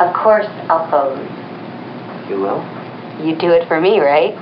of course do you do it for me right